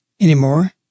anymore